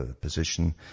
position